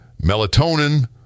melatonin